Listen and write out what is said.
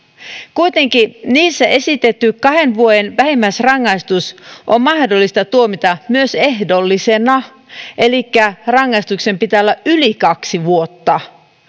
kuitenkin niissä esitetty kahden vuoden vähimmäisrangaistus on mahdollista tuomita myös ehdollisena elikkä rangaistuksen pitää olla yli kaksi vuotta